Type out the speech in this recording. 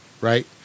Right